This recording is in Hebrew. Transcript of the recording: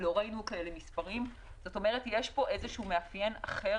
כלומר יש פה מאפיין אחר